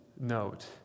note